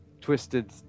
twisted